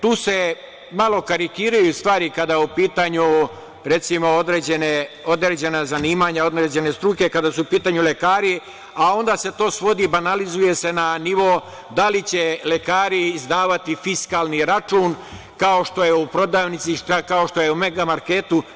Tu se malo karikiraju stvari kada su u pitanju, recimo, određena zanimanja, određene struke, kada su u pitanju lekari, a onda se to svodi i banalizuje se na nivo da li će lekari izdavati fiskalni račun, kao što je u prodavnici, kao što je u megamarketu.